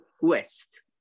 West